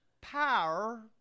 power